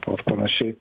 po ar panašiai